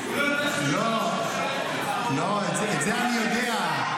את זה אני יודע,